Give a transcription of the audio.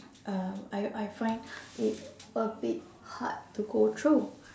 um I I find it a bit hard to go through